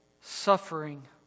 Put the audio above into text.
suffering